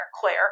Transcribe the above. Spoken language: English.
Claire